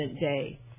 Day